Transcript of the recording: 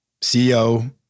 CEO